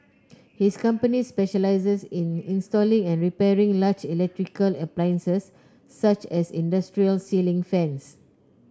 his company specialises in installing and repairing large electrical appliances such as industrial ceiling fans